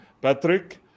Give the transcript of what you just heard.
Patrick